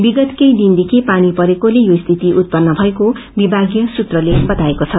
विगत केही दिन देखि पानी परेक्रेले यो स्थिति उत्पन्न भएको विभागिय सुत्रले बताएको छ